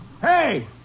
Hey